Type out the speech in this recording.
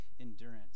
endurance